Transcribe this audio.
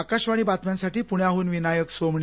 आकाशवाणी बातम्यांसाठी पुण्याहून विनायक सोमणी